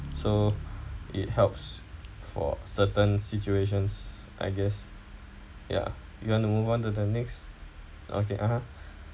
so it helps for certain situations I guess ya you want to move on to the next okay [uh huh]